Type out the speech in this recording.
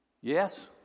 yes